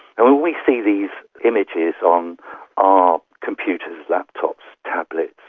and when we see these images on our computers, laptops, tablets,